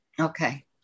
Okay